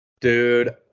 Dude